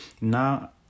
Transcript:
now